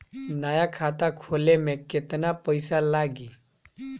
नया खाता खोले मे केतना पईसा लागि?